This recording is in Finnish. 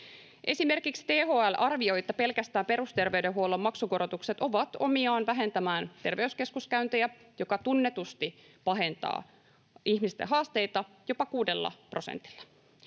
Esimerkiksi THL arvioi, että pelkästään perusterveydenhuollon maksukorotukset ovat omiaan vähentämään terveyskeskuskäyntejä, mikä tunnetusti pahentaa ihmisten haasteita jopa kuudella prosentilla.